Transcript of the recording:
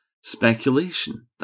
speculation